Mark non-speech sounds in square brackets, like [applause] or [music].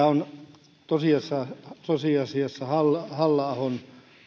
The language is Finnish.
[unintelligible] on tosiasiassa halla halla ahon